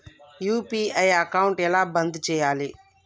UPI account ఎలా బంద్ చేయాలి?